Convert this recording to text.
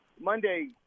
Monday